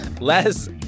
Les